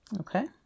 Okay